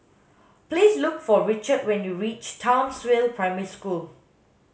please look for Richard when you reach Townsville Primary School